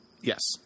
Yes